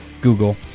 Google